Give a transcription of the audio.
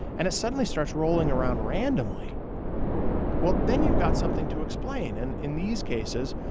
and it suddenly starts rolling around randomly well, then you've got something to explain and in these cases,